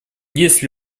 есть